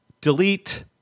delete